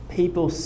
people